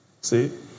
See